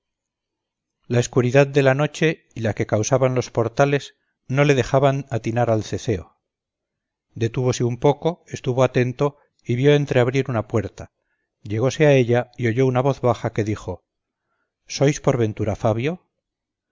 la escuridad de la noche y la que causaban los portales no le dejaban atinar al ceceo detúvose un poco estuvo atento y vio entreabrir una puerta llegóse á ella y oyó una voz baja que dijo sois por ventura fabio